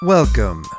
Welcome